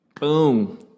Boom